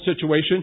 situation